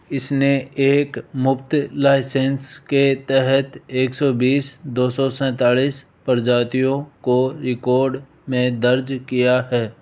इसने एक मुफ्त लाइसेंस के तहत एक सौ बीस दो सौ सैंतालीस प्रजातियों को रिकॉर्ड में दर्ज किया है